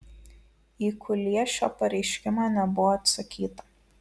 į kuliešio pareiškimą nebuvo atsakyta